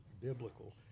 biblical